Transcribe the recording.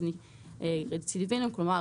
כלומר,